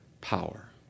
power